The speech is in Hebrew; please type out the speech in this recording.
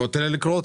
בוא תן לקרוא אותה.